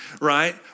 right